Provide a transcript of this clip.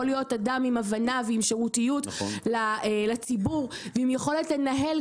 יכול להיות אדם עם הבנה ועם שירותיות לציבור ועם יכולת לנהל,